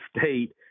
state